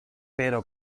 pero